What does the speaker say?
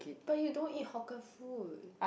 but you don't eat hawker food